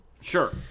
Sure